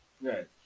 right